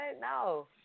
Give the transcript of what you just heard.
No